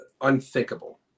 unthinkable